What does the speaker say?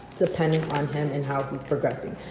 depending on him and how he's progressing.